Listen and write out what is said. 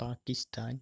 Pakistan